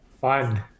fun